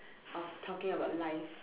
of talking about life